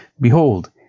Behold